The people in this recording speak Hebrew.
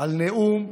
על נאום מרגש,